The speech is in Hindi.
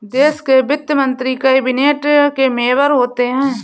देश के वित्त मंत्री कैबिनेट के मेंबर होते हैं